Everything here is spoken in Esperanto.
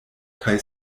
kaj